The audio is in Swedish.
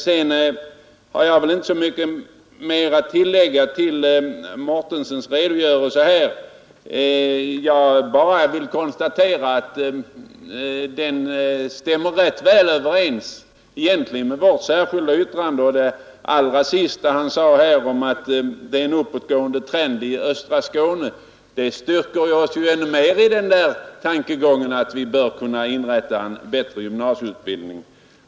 Sedan har jag inte så mycket att tillägga till herr Mårtenssons redogörelse här. Jag vill bara konstatera att den stämmer rätt väl överens med vårt särskilda yttrande. Det allra sista han sade att det är en Nr 132 uppåtgående trend i östra Skåne — styrker oss ännu mer i tanken att vi Onsdagen den bör kunna inrätta en bättre gymnasieutbildning.